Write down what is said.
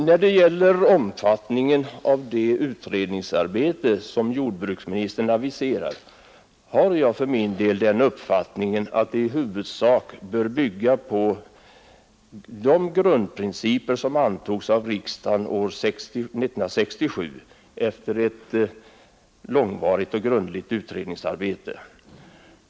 När det gäller omfattningen av det utredningsarbete som jordbruksministern aviserar har jag för min del den uppfattningen att det i huvudsak bör bygga på de grundprinciper som antogs av riksdagen 1967 efter ett långvarigt och grundligt utredningsarbete.